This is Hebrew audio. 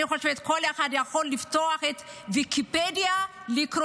אני חושבת שכל אחד יכול לפתוח את הוויקיפדיה ולקרוא